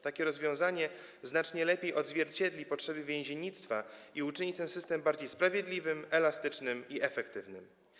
Takie rozwiązanie znacznie lepiej odzwierciedli potrzeby więziennictwa i uczyni ten system bardziej sprawiedliwym, elastycznym i efektywnym.